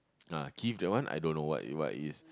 ah Kith that one I don't know what what it is